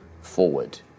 forward